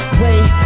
wait